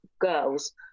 girls